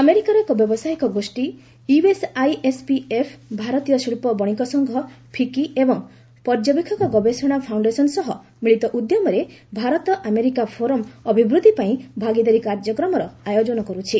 ଆମେରିକାର ଏକ ବ୍ୟବସାୟିକ ଗୋଷ୍ଠୀ ୟୁଏସ୍ଆଇଏସ୍ପିଏଫ୍ ଭାରତୀୟ ଶିଳ୍ପ ବଣିକ ସଂଘ ଫିକି ଏବଂ ପର୍ଯ୍ୟବେକ୍ଷକ ଗବେଷଣା ଫାଉଶ୍ଡେସନ ସହ ମିଳିତ ଉଦ୍ୟମରେ ଭାରତ ଆମେରିକା ଫୋରମ୍ ଅଭିବୃଦ୍ଧି ପାଇଁ ଭାଗିଦାର କାର୍ଯ୍ୟକ୍ରମର ଆୟୋଜନ କରୁଛି